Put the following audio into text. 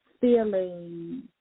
feeling